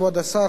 כבוד השר,